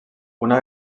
una